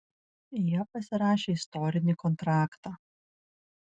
jie pasirašė istorinį kontraktą